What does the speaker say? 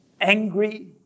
angry